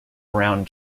around